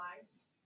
lives